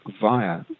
via